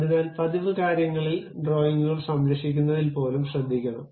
അതിനാൽ പതിവ് കാര്യങ്ങളിൽ ഡ്രോയിംഗുകൾ സംരക്ഷിക്കുന്നതിൽ പോലും ശ്രദ്ധിക്കണം